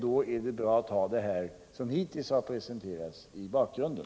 Då är det bra att ha det som hittills presenterats i bakgrunden.